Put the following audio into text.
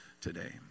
today